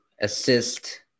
assist